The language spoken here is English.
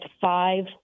five